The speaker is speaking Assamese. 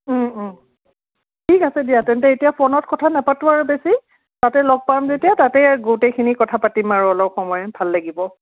ঠিক আছে দিয়া তেন্তে এতিয়া ফোনত কথা নাপাতোঁ আৰু বেছি তাতে লগ পাম যেতিয়া তাতে গোটেইখিনি কথা পাতিম আৰু অলপ সময় ভাল লাগিব